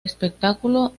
espectáculo